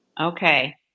Okay